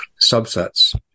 subsets